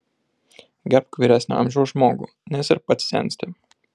gerbk vyresnio amžiaus žmogų nes ir pats sensti